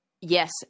Yes